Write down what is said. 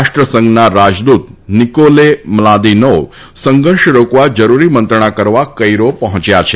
રાષ્ટ્રસંઘના રાજદૂત Nickolay Mladenov સંઘર્ષ રોકવા જરૂરી મંત્રણા કરવા કૈરો પહોંચ્યા છે